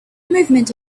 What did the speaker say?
movement